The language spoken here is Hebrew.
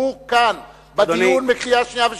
הוא כאן בדיון בקריאה שנייה ושלישית,